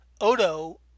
Odo